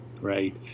right